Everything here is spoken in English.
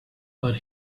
but